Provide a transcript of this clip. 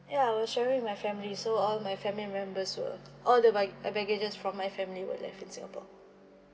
ya I was travelling with my family so all my family members were all the bag~ uh baggages from my family were left in singapore